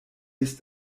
ist